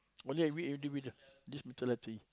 only every individual this mentality